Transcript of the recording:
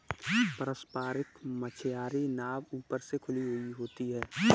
पारम्परिक मछियारी नाव ऊपर से खुली हुई होती हैं